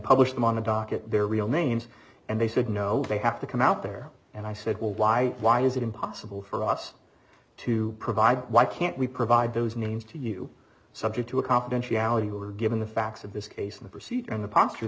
publish them on the docket their real names and they said no they have to come out there and i said well why why is it impossible for us to provide why can't we provide those names to you subject to a confidentiality were given the facts of this case and the procedure and the post